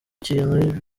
kintu